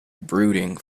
brooding